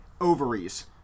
ovaries